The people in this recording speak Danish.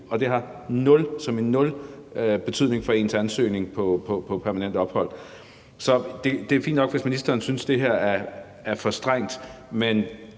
at det har nul – som i nul – betydning for ens ansøgning om permanent ophold. Så det er jo fint nok, hvis ministeren synes, at det her er strengt, men